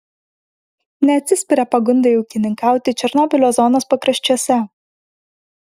neatsispiria pagundai ūkininkauti černobylio zonos pakraščiuose